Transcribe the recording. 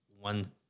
one